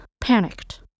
Panicked